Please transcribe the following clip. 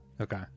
Okay